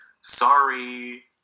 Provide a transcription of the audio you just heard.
Sorry